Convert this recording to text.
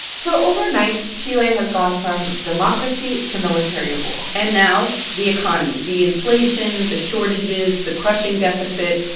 so overnight, chile has gone from democracy to military rule and now, the economy the inflation, the shortages, the crushing deficit.